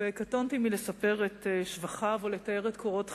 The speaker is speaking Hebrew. קטונתי מלספר את שבחיו או לתאר את קורות חייו,